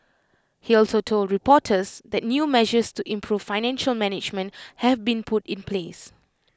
he also told reporters that new measures to improve financial management have been put in place